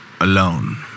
alone